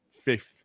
fifth